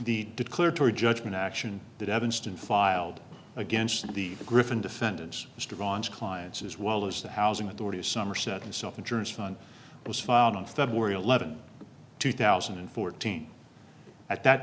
the declaratory judgment action that evanston filed against the griffin defendants strongs clients as well as the housing authority of somerset and self insurance on was found on february eleventh two thousand and fourteen at that